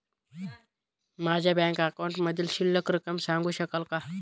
माझ्या बँक अकाउंटमधील शिल्लक रक्कम सांगू शकाल का?